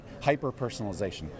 hyper-personalization